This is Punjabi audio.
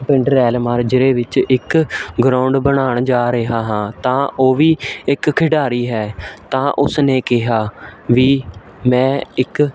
ਪਿੰਡ ਰੈਲ ਮਾਜਰੇ ਵਿੱਚ ਇੱਕ ਗਰਾਊਂਡ ਬਣਾਉਣ ਜਾ ਰਿਹਾ ਹਾਂ ਤਾਂ ਉਹ ਵੀ ਇੱਕ ਖਿਡਾਰੀ ਹੈ ਤਾਂ ਉਸਨੇ ਕਿਹਾ ਵੀ ਮੈਂ ਇੱਕ